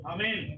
Amen